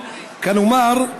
כלומר,